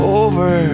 over